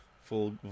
full